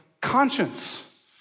conscience